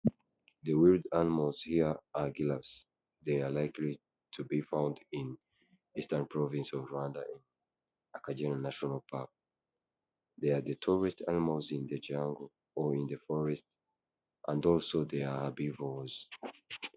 The wild animals here are Giraffes. They are likely to be found in Eastern Province of Rwanda, Akagera National Park. They are the tallest animals in the jungle or the forest, and also they are herbivores.